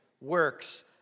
Works